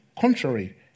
contrary